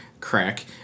Crack